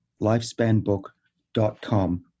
lifespanbook.com